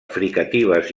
fricatives